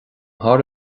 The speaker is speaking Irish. thar